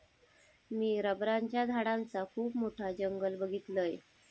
मी रबराच्या झाडांचा खुप मोठा जंगल बघीतलय